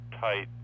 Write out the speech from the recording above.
tight